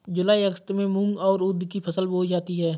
जूलाई अगस्त में मूंग और उर्द की फसल बोई जाती है